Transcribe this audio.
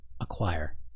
acquire